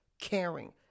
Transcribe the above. caring